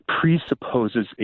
presupposes